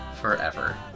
Forever